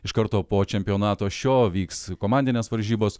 iš karto po čempionato šio vyks komandinės varžybos